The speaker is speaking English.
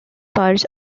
parts